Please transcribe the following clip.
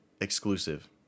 exclusive